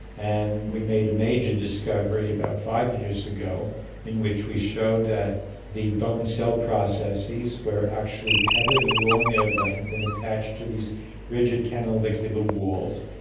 and we made a major discovery about five years ago in which we showed that the bone cell processes were actually tethered along their length and attached to these rigid canalicular walls,